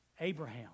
Abraham